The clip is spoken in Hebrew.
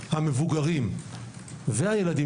המבוגרים והילדים,